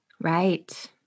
Right